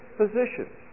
physicians